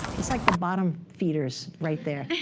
it's like the bottom feeders right there.